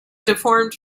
deformed